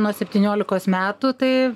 nuo septyniolikos metų tai